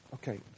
Okay